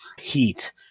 heat